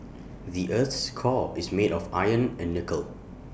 the Earth's core is made of iron and nickel